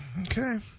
Okay